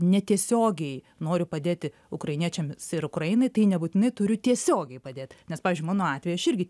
netiesiogiai noriu padėti ukrainiečiams ir ukrainai tai nebūtinai turiu tiesiogiai padėt nes pavyzdžiui mano atveju aš irgi